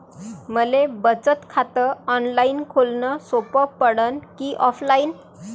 मले बचत खात ऑनलाईन खोलन सोपं पडन की ऑफलाईन?